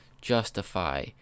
justify